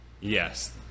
Yes